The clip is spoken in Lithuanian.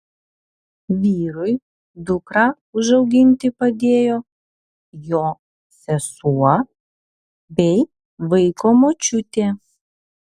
vyrui dukrą užauginti padėjo jo sesuo bei vaiko močiutė